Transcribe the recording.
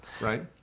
right